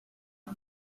par